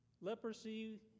Leprosy